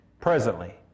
presently